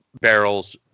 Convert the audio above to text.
barrels